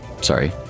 sorry